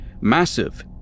massive